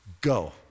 Go